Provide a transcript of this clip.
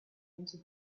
into